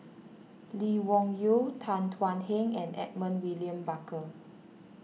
Lee Wung Yew Tan Thuan Heng and Edmund William Barker